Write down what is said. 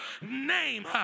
name